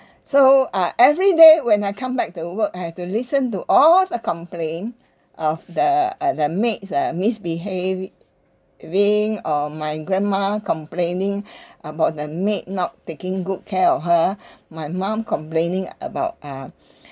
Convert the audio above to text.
so uh every day when I come back to work I have to listen to all the complain of the uh the maid's uh misbehaving or my grandma complaining about the maid not taking good care of her my mom complaining about uh